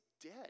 dead